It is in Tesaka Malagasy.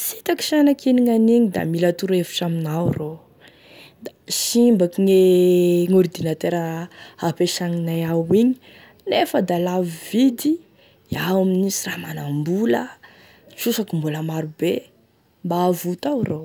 sy hitako shanaky ino gn'anigny da mila torohevitry aminao ro da simbako gne ordinateur ampesagninay ao igny nefa da lafo vide iaho amin'io sy raha manambola, trosako mbola maro be, mba havoto ao ro.